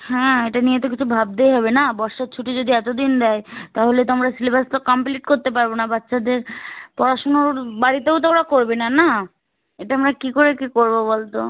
হ্যাঁ এটা নিয়ে তো কিছু ভাবতেই হবে না বর্ষার ছুটি যদি এত দিন দেয় তাহলে তো আমরা সিলেবাস তো কমপ্লিট করতে পারব না বাচ্চাদের পড়াশুনো বাড়িতেও তো ওরা করবে না না এটা আমরা কী করে কী করব বল তো